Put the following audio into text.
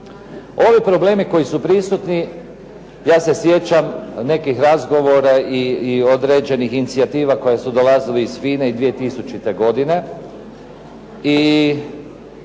Ovi problemi koji su prisutni, ja sjećam nekih razgovora i određenih inicijativa koje su dolazile iz "FINE" i 2000. godine